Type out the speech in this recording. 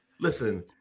Listen